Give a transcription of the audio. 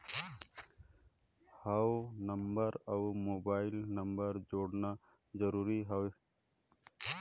हव नंबर अउ mobile number जोड़ना जरूरी हे?